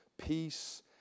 peace